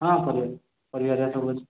ହଁ ହଁ ପରିବା ପରିବା ହରିକା ସବୁ ଅଛି